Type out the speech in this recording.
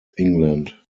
england